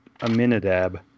Aminadab